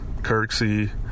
Kirksey